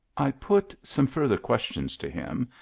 i put some farther questions to him,